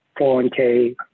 401k